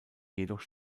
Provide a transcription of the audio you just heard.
jedoch